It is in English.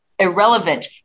Irrelevant